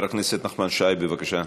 חברת הכנסת נחמן שי, בבקשה.